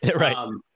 right